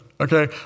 Okay